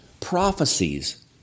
prophecies